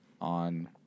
on